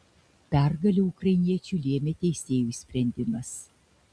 pergalę ukrainiečiui lėmė teisėjų sprendimas